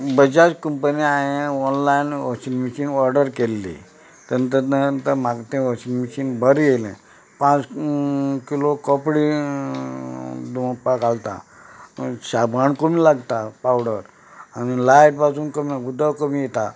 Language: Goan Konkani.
बजाज कंपनीन हांवें ऑनलायन वॉशिंगमिशीन ऑर्डर केल्ली ताजे नंतर म्हाका तें वॉशिंगमिशीन बरें येयलें पांच किलो कपडे धुवपाक घालतां शाबण कमी लागता पावडर आनी लायट पासून कमी उदक कमी येता